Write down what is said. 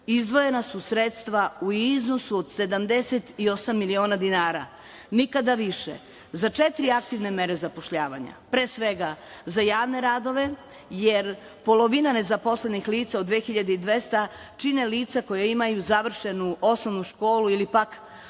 izdvojena sredstva u iznosu od 78 miliona dinara, nikada više. Za četiri aktivne mere zapošljavanja. Pre svega za javne radove, jer polovina nezaposlenih lica od 2.200 čine lica koja imaju završenu osnovnu školu ili pak